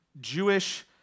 Jewish